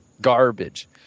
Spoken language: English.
Garbage